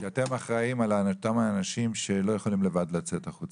כי אתם אחראים על אותם האנשים שלא יכולים לבד לצאת החוצה.